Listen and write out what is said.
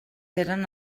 eren